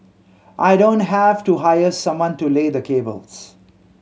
I don't have to hire someone to lay the cables